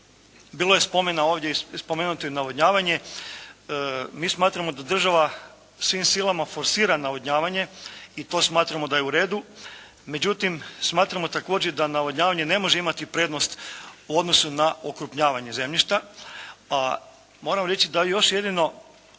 bilo je spomena ovdje, spomenuto je navodnjavanje. Mi smatramo da država svim silama forsira navodnjavanje i to smatramo da je u redu, međutim, smatramo također da navodnjavanje ne može imati prednost u odnosu na okrupnjavanje zemljišta, a moram reći da još jedino